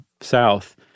South